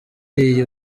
iyi